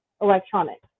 electronics